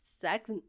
sex